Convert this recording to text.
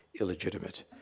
illegitimate